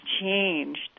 changed